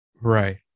Right